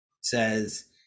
says